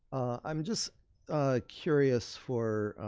i'm just curious for